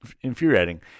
infuriating